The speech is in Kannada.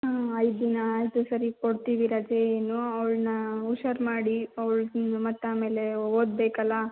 ಹ್ಞ ಐದು ದಿನ ಆಯಿತು ಸರಿ ಕೊಡ್ತೀವಿ ರಜೆಯೇನು ಅವಳನ್ನ ಹುಷಾರು ಮಾಡಿ ಅವಳು ಮತ್ತಾಮೇಲೆ ಓದಬೇಕಲ್ಲ